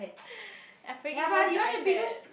I freaking love the iPad